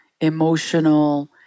emotional